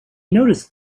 noticed